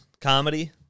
comedy